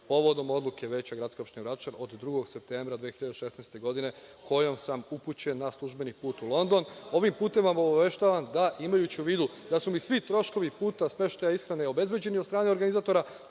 Povodom odluke Veće gradske Opštine Vračar od 2. septembra 2016. godine, kojom sam upućen na službeni put u London - Ovim putem vas obaveštavam da imajući u vidu da su mi svi troškovi puta, smeštaja, ishrane obezbeđeni od strane organizatora,